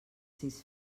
sis